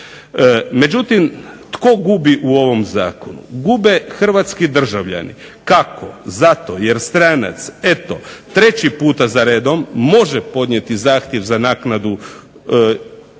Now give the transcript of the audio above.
Međutim, tko gubi u ovom zakonu? Gube hrvatski državljani. Kako? Zato jer stranac eto treći puta za redom može podnijeti zahtjev za naknadu oduzete